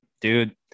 dude